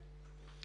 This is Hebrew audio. אבל זה